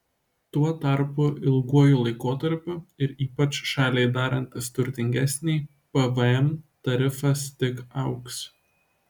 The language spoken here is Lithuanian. tuo tarpu ilguoju laikotarpiu ir ypač šaliai darantis turtingesnei pvm tarifas tik augs